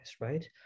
right